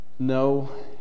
No